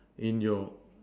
then your